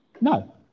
No